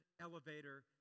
elevator